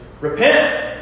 Repent